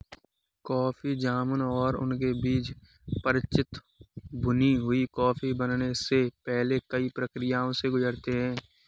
coffee जामुन और उनके बीज परिचित भुनी हुई कॉफी बनने से पहले कई प्रक्रियाओं से गुजरते हैं